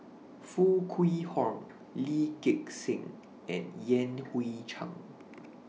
Foo Kwee Horng Lee Gek Seng and Yan Hui Chang